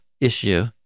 issue